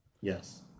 Yes